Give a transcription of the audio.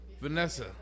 Vanessa